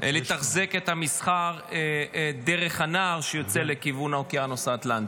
לתחזק את המסחר דרך הנהר שיוצא לכיוון האוקיינוס האטלנטי,